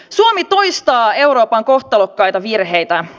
suomi toistaa euroopan kohtalokkaita virheitä